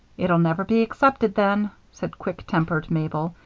it'll never be accepted then, said quick-tempered mabel,